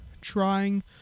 trying